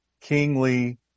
kingly